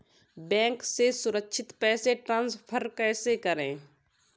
Bank से सुरक्षित पैसे ट्रांसफर कैसे करें?